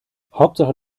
hauptsache